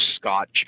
scotch